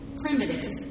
primitive